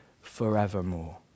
forevermore